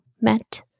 met